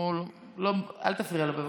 אל תפריע לו, בבקשה.